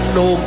no